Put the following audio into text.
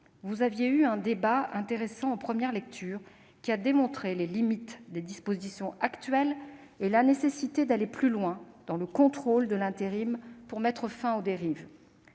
Vous aviez eu un débat intéressant, en première lecture, qui a démontré les limites des dispositions actuelles et la nécessité d'aller plus loin dans le contrôle de l'intérim pour mettre fin aux dérives.